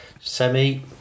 Semi